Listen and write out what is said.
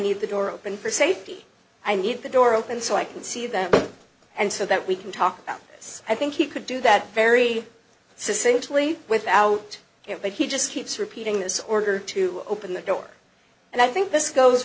need the door open for safety i need the door open so i can see them and so that we can talk about this i think he could do that very simply without him but he just keeps repeating this order to open the door and i think this goes